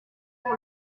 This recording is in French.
pour